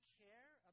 care